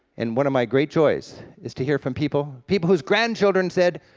and one of my great joys is to hear from people people whose grandchildren said,